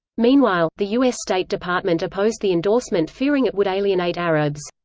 meanwhile, the u s. state department opposed the endorsement fearing it would alienate arabs.